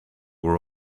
were